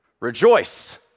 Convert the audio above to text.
Rejoice